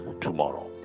tomorrow